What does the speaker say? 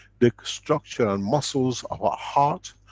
the structure and muscles of our heart,